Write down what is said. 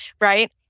right